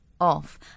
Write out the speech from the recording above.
off